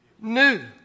new